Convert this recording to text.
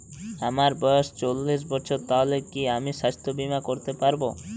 আমার বয়স চল্লিশ বছর তাহলে কি আমি সাস্থ্য বীমা করতে পারবো?